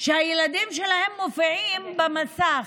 שהילדים שלהם מופיעים במסך,